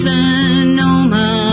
Sonoma